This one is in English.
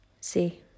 See